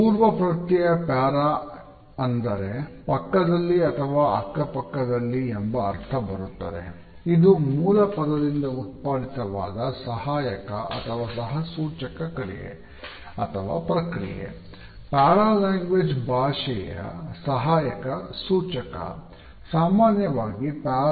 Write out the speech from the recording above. ಪೂರ್ವ ಪ್ರತ್ಯಯ ಪ್ಯಾರಾ